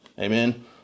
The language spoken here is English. Amen